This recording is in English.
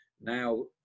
now